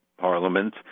parliament